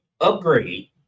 upgrade